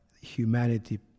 humanity